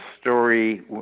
story